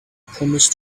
promised